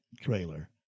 trailer